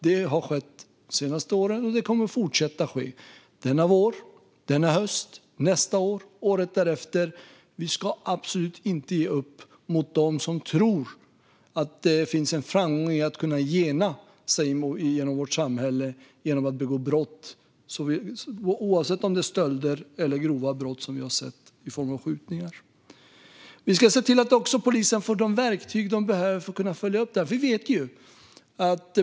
Det har skett de senaste åren, och det kommer att fortsätta ske denna vår, denna höst, nästa år och året därefter. Vi ska absolut inte ge upp mot dem som tror att det finns en framgång i att kunna gena i vårt samhälle genom att begå brott, oavsett om det är stölder eller grova brott i form av skjutningar. Vi ska också se till att polisen får de verktyg de behöver för att kunna följa upp det här.